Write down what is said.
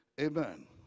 Amen